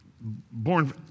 born